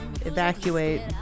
Evacuate